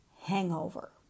hangover